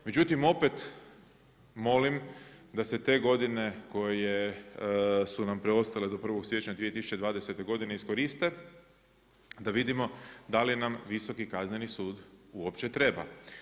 Međutim, opet molim da se te godine koje su nam preostale do 1. siječnja 2020. godine iskoriste, da vidimo da li nam Visoki kazneni sud uopće treba.